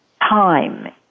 time